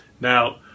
Now